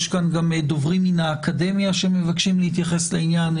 יש כאן גם דוברים מן האקדמיה שמבקשים להתייחס לעניין.